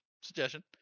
suggestion